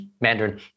Mandarin